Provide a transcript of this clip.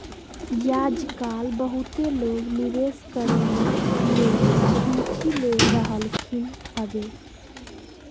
याजकाल बहुते लोग निवेश करेमे में रुचि ले रहलखिन्ह हबे